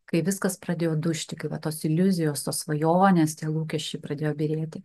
kai viskas pradėjo dužti kai va tos iliuzijos tos svajonės tie lūkesčiai pradėjo byrėti